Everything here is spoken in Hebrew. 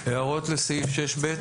הערות לסעיף 6ב?